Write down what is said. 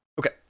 Okay